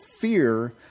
fear